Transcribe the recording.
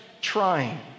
trying